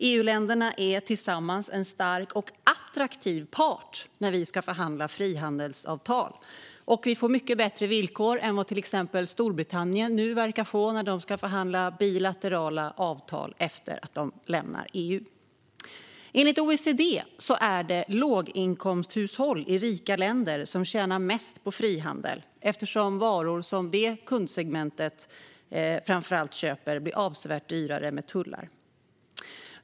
EU-länderna är tillsammans en stark och attraktiv part när vi ska förhandla om frihandelsavtal, och vi får mycket bättre villkor än vad till exempel Storbritannien nu verkar få när de ska förhandla om bilaterala avtal efter att de lämnar EU. Enligt OECD är det låginkomsthushåll i rika länder som tjänar mest på frihandel eftersom varor som framför allt det kundsegmentet köper blir avsevärt dyrare med tullar.